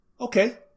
Okay